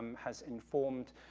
has informed,